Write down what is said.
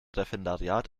referendariat